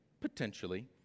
potentially